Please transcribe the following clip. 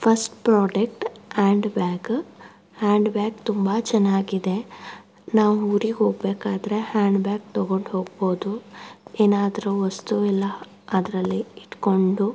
first product hand bag hand bag ತುಂಬ ಚೆನ್ನಾಗಿದೆ ನಾವು ಊರಿಗೆ ಹೋಗಬೇಕಾದ್ರೆ ಹ್ಯಾಂಡ್ ಬ್ಯಾಗ್ ತೊಗೊಂಡು ಹೋಗಬಹುದು ಏನಾದ್ರೂ ವಸ್ತು ಎಲ್ಲ ಅದರಲ್ಲಿ ಇಟ್ಕೊಂಡು